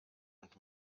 und